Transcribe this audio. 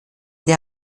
der